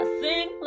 sing